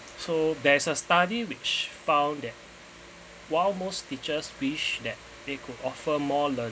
so there's a study which found that while most teachers wish that they could offer more learning